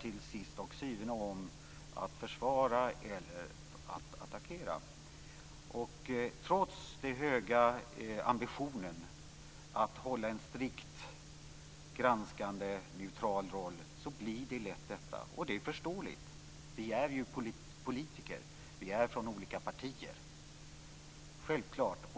till syvende och sist handlar om att försvara eller att attackera. Trots den höga ambitionen att hålla en strikt granskande neutral roll blir det lätt detta, och det är förståeligt. Vi är ju politiker och från olika partier. Det är självklart.